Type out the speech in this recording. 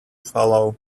follow